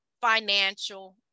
financial